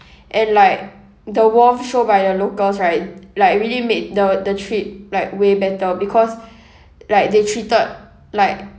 and like the warmth shown by the locals right like really made the the trip like way better because like they treated like